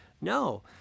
No